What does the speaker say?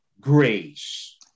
grace